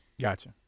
Gotcha